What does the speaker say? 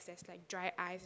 there's like dry ice